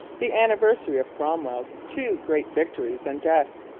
the anniversary of cromwell's two great victories and death.